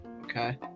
Okay